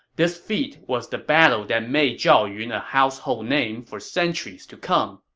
this feat was the battle that made zhao yun a household name for centuries to come.